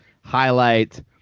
highlight